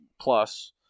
plus